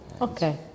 Okay